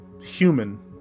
human